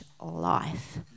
life